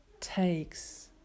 takes